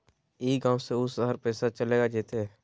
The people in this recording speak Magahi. ई गांव से ऊ शहर पैसा चलेगा जयते?